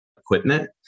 equipment